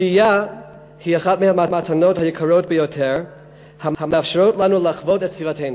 ראייה היא אחת מהמתנות היקרות ביותר המאפשרות לנו לחוות את סביבתנו.